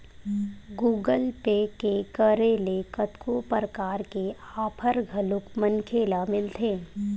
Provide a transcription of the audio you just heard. Google Pay के करे ले कतको परकार के आफर घलोक मनखे ल मिलथे